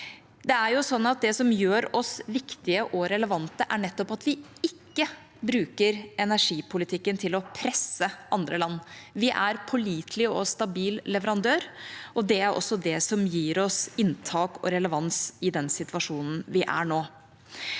Det som gjør oss viktige og relevante, er nettopp at vi ikke bruker energipolitikken til å presse andre land. Vi er en pålitelig og stabil leverandør, og det er også det som gir oss inntak og relevans i den situasjonen vi er i nå.